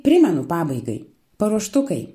primenu pabaigai paruoštukai